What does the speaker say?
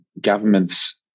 governments